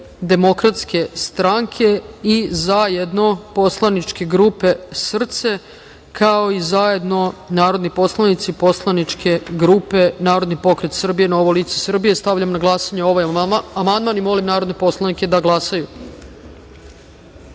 Demokratske stranke i zajedno poslaničke grupe SRCE, kao i zajedno narodni poslanici poslaničke grupe Narodni pokret Srbije – Novo lice Srbije. Stavljam na glasanje ovaj amandman. Molim narodne poslanike da